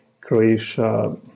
Croatia